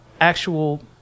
actual